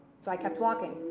so i kept walking,